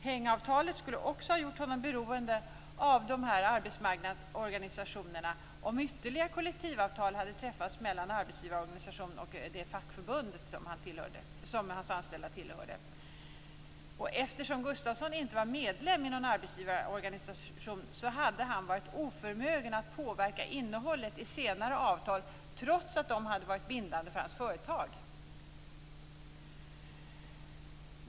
Hängavtalet skulle också ha gjort honom beroende av de här arbetsmarknadsorganisationerna om ytterligare kollektivavtal hade träffats mellan en arbetsgivarorganisation och det fackförbund som hans anställda tillhörde. Eftersom Gustafsson inte var medlem i någon arbetsgivarorganisation hade han varit oförmögen att påverka innehållet i senare avtal trots att de hade varit bindande för hans företag.